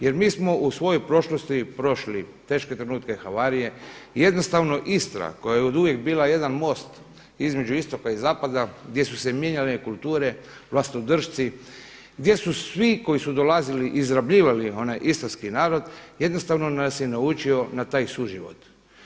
Jer mi smo u svojoj prošlosti prošli teške trenutke havarije i jednostavno Istra koja je oduvijek bila jedan most između istoka i zapada gdje su se mijenjale kulture, vlastodršci, gdje su svi koji su dolazili izrabljivali onaj istarski narod, jednostavno nas je naučio na taj suživot.